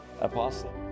Apostle